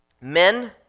men